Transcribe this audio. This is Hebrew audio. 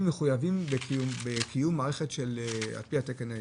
מחויבים בקיום מערכת על פי התקן הישראלי.